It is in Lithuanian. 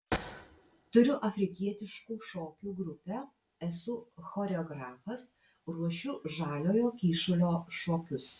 turiu afrikietiškų šokių grupę esu choreografas ruošiu žaliojo kyšulio šokius